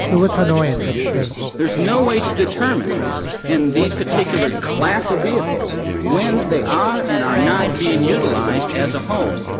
it was annoying for the state there's no way to determine in these particular class of vehicles when they are and are not being utilized as a home